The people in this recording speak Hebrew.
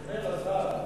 תפנה לשר.